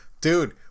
Dude